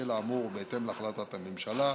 בשל האמור, ובהתאם להחלטת הממשלה,